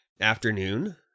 afternoon